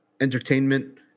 entertainment